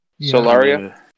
Solaria